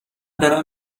دارم